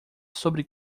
sobre